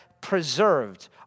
preserved